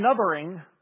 anothering